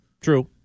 True